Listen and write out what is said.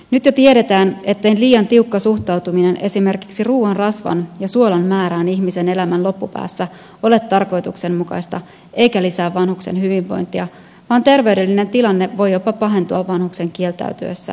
nyt jo tiedetään että liian tiukka suhtautuminen esimerkiksi ruoan rasvan ja suolan määrään ihmisen elämän loppupäässä ei ole tarkoituksenmukaista eikä lisää vanhuksen hyvinvointia vaan terveydellinen tilanne voi jopa pahentua vanhuksen kieltäytyessä syömästä